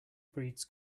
breeds